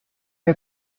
her